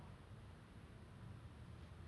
so I was like always hoping that